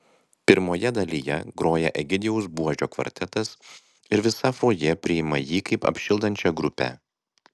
pirmoje dalyje groja egidijaus buožio kvartetas ir visa fojė priima jį kaip apšildančią grupę